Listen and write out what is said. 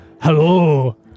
Hello